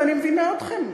ואני מבינה אתכם,